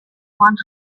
one